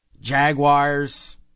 Jaguars